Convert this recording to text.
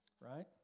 right